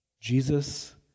Jesus